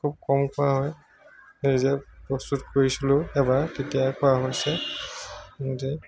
খুব কম খোৱা হয় নিজে প্ৰস্তুত কৰিছিলোঁ এবাৰ তেতিয়া খোৱা হৈছে নিজে